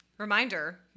Reminder